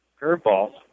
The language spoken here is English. curveball